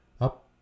up